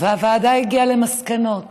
והוועדה הגיעה למסקנות